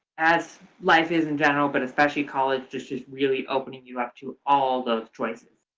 as life is in general but especially college just is really opening you up to all those choices.